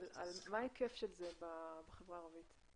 מה ההיקף של זה בחברה הערבית,